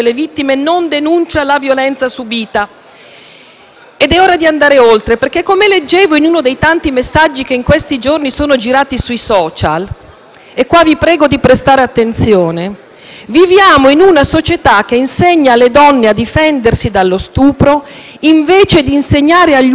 È ora di andare oltre. Come leggevo in uno dei tanti messaggi che in questi giorni sono girati sui *social*, e qui vi prego di prestare attenzione: «Viviamo in una società che insegna alle donne a difendersi dallo stupro invece di insegnare agli uomini a non stuprare le donne».